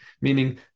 Meaning